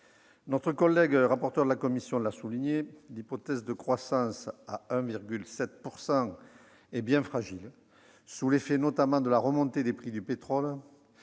Notre collègue rapporteur de la commission l'a souligné : l'hypothèse de croissance à 1,7 % est bien fragile, sous l'effet notamment de la remontée des prix du pétrole,